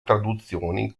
traduzioni